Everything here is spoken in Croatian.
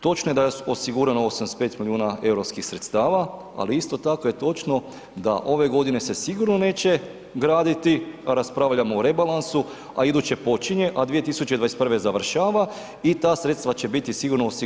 Točno je da je osigurano 85 milijuna europskih sredstava, ali isto tako je točno da ove godine se sigurno neće graditi, raspravljamo o rebalansu, a iduće počinje, a 2021. završava i ta sredstva će biti sigurno osigurana.